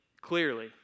clearly